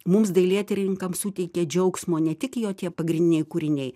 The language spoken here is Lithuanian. mums dailėtyrininkams suteikė džiaugsmo ne tik jo tie pagrindiniai kūriniai